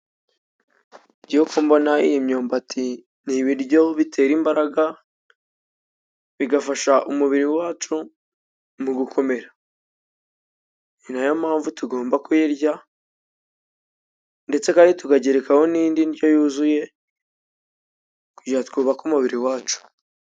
Jwewe uko mbona iyi imyumbati, ni ibiryo bitera imbaraga ,bigafasha umubiri wacu mugukomera. Ni nayo mpamvu tugomba kuyirya, ndetse kandi tugagerekaho n'indi ndyo yuzuye kugira twubake umubiri wacu.